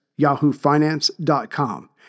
YahooFinance.com